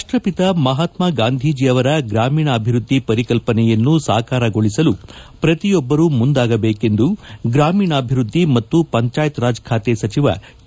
ರಾಷ್ಟ್ರಪಿತ ಮಹಾತ್ಮಾ ಗಾಂಧೀಜಿ ಅವರ ಗ್ರಾಮೀಣ ಅಭಿವೃದ್ದಿ ಪರಿಕಲ್ಪನೆಯನ್ನು ಸಾಕಾರಗೊಳಿಸಲು ಪ್ರತಿಯೊಬ್ಬರು ಮುಂದಾಗಬೇಕೆಂದು ಗ್ರಾಮೀಣಾಭಿವೃದ್ದಿ ಮತ್ತು ಪಂಚಾಯತ್ ರಾಜ್ ಖಾತೆ ಸಚಿವ ಕೆ